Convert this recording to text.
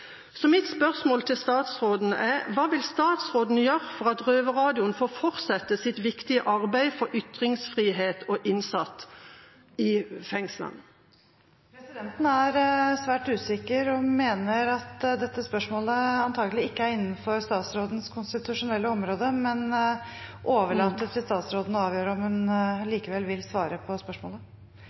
Mitt spørsmål til statsråden er: Hva vil statsråden gjøre for at Røverradioen får fortsette sitt viktige arbeid for ytringsfrihet og de innsatte i fengslene? Presidenten er svært usikker og mener dette spørsmålet antakelig ikke er innenfor statsrådens konstitusjonelle område, men overlater til statsråden å avgjøre om hun likevel vil svare på spørsmålet.